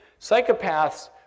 Psychopaths